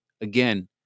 again